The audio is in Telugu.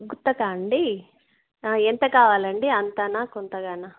గుత్తక అండి ఎంత కావాలండి అంతనా కొంతగానా